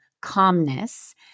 calmness